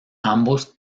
ambos